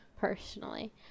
personally